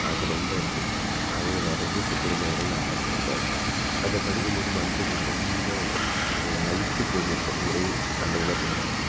அது ரொம்ப எனக்கு அதுவும் நிறைய இப்போ திருமுறைகள் நான் படித்திருக்கேன் அதை படிக்கும் போது மனதுக்கு ஒரு ரொம்ப லயித்துப்போயிருக்கும் இறை அந்த உணர்வோடு